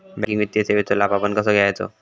Banking वित्तीय सेवाचो लाभ आपण कसो घेयाचो?